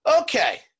okay